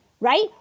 right